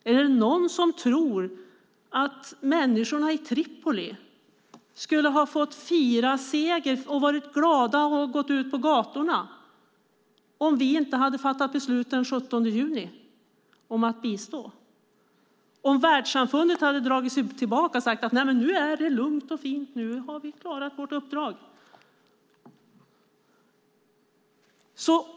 Är det någon som tror att människorna i Tripoli skulle ha fått fira sin seger ute på gatorna om inte vi den 17 juni hade fattat beslut om att bistå och om världssamfundet hade dragit sig tillbaka och sagt att det är lugnt och fint och att man hade klarat sitt uppdrag?